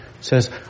says